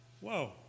Whoa